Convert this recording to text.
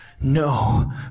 No